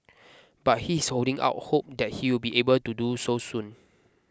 but he is holding out hope that he will be able to do so soon